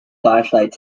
flashlight